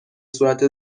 صورت